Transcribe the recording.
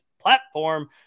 platform